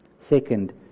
Second